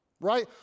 Right